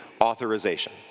authorization